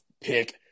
pick